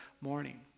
morning